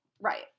right